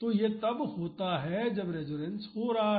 तो यह तब दिया जाता है जब रेसोनेंस हो रहा हो